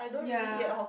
ya